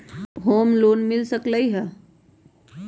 Home loan मिल सकलइ ह?